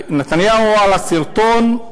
נתניהו, על הסרטון: